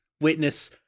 witness